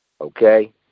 Okay